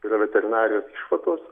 yra veterinarijos išvados